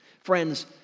Friends